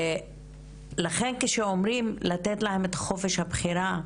ולכן כשאומרים לתת להם את חופש הבחירה,